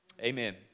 Amen